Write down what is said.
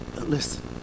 listen